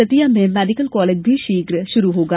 दतिया में medical college भी शीघ्र ही शुरू होगा